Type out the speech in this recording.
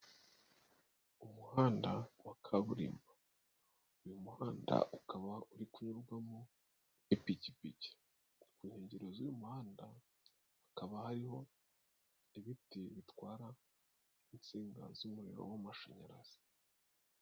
Umuhanda wa kaburimbo, uyu muhanda ukaba uri kunyurwamo n'ipikipiki, ku nkengero zuy'umuhanda hakaba hariho ibiti bitwara n' insinga z'umuriro w'amashanyarazi.